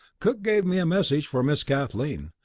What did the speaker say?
cook gave me a message for miss kathleen,